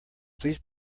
please